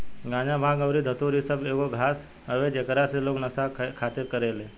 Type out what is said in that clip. गाजा, भांग अउरी धतूर इ सब एगो घास हवे जेकरा से लोग नशा के खातिर करेले